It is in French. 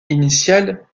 initiale